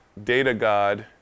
Datagod